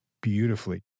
beautifully